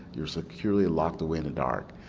you were securely locked away in the dark.